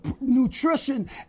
nutrition